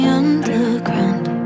underground